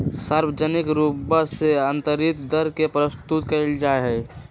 सार्वजनिक रूपवा से आन्तरिक दर के प्रस्तुत कइल जाहई